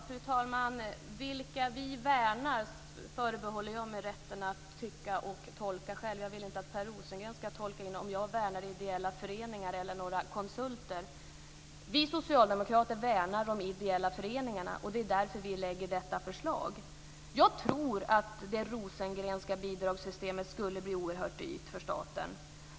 Fru talman! När det gäller vilka vi värnar förbehåller jag mig rätten att tycka och tolka själv. Jag vill inte att Per Rosengren ska tolka in om jag värnar ideella föreningar eller några konsulter. Vi socialdemokrater värnar de ideella föreningarna, och det är därför som vi lägger fram detta förslag. Jag tror att det Rosengrenska bidragssystemet skulle bli oerhört dyrt för staten.